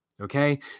Okay